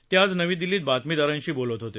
ते आज नवी दिल्लीत बातमीदारांशी बोलत होते